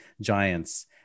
giants